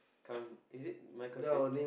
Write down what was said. come is it my question